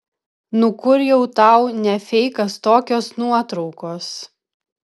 nu kur jau tau ne feikas tokios nuotraukos